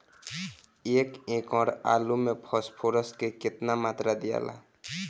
एक एकड़ आलू मे फास्फोरस के केतना मात्रा दियाला?